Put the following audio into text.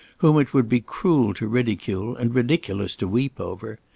whom it would be cruel to ridicule and ridiculous to weep over.